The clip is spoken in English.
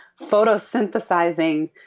photosynthesizing